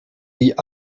die